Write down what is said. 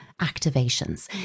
activations